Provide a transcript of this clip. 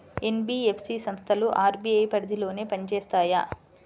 NBFC సంస్థలు RBI పరిధిలోనే పని చేస్తాయా?